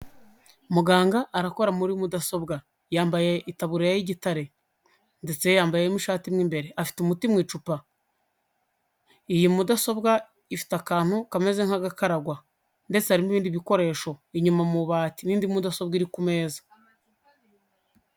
Muganga arakora muri mudasobwa, yambaye itaburiya y'igitare ndetse yambayemo ishati mu imbere afite umutima mu icupa. Iyi mudasobwa ifite akantu kameze nkagakaragwa ndetse hari n'ibindi bikoresho inyuma mu bubati, nindi mudasobwa iri ku meza.